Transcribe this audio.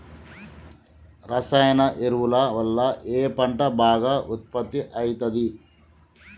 రసాయన ఎరువుల వల్ల ఏ పంట బాగా ఉత్పత్తి అయితది?